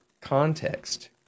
context